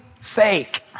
fake